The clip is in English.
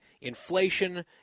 inflation